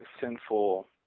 sinful